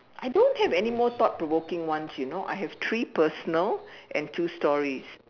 I don't have anymore thought provoking ones you know I have three personal and two stories